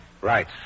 Right